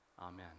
Amen